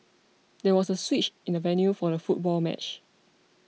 there was a switch in the venue for the football match